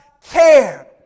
care